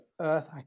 earth